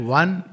one